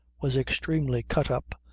was extremely cut up,